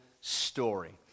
Story